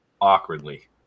awkwardly